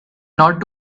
not